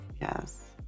Yes